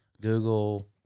Google